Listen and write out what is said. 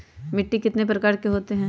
मिट्टी कितने प्रकार के होते हैं?